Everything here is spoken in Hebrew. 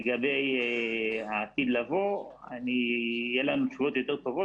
לגבי העתיד לבוא יהיו לנו תשובות יותר טובות